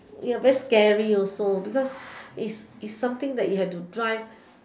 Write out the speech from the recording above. ya very scary also because is is something that you have to drive